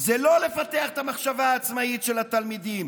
הוא לא לפתח את המחשבה העצמאית של התלמידים,